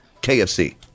KFC